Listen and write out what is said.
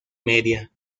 media